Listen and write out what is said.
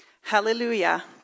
Hallelujah